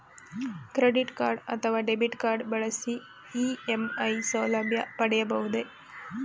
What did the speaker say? Credit card ಅಥವಾ debit card ಬಳಸಿ EMI ಸೌಲಭ್ಯ ಪಡೆಯಬಹುದೇ?